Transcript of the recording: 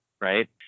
right